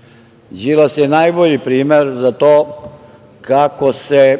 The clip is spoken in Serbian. tajna. Đilas je najbolji primer za to kako se